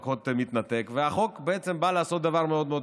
שבעצם באה לתקן עוול.